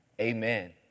Amen